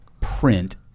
print